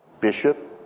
bishop